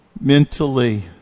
mentally